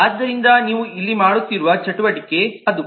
ಆದ್ದರಿಂದ ನೀವು ಇಲ್ಲಿ ಮಾಡುತ್ತಿರುವ ಚಟುವಟಿಕೆ ಅದು